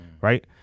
Right